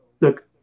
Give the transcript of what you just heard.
look